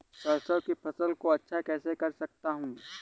सरसो की फसल को अच्छा कैसे कर सकता हूँ?